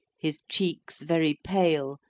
his cheeks very pale,